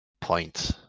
point